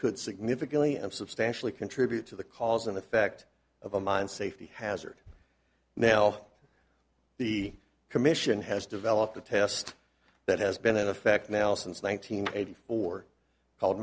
could significantly and substantially contribute to the cause and effect of a mine safety hazard now the commission has developed a test that has been in effect now since one nine hundred eighty four called